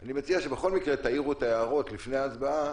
אני מציע שבכל מקרה תעירו את ההערות לפני ההצבעה